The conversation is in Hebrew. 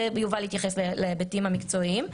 יובל יתייחס להיבטים המקצועיים.